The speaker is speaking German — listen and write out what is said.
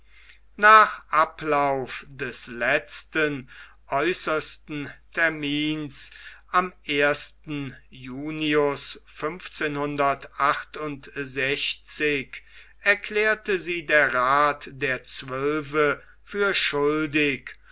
nach ablauf des letzten äußersten termins am junius erklärte sie der rath der zwölfe für schuldig